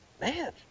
Man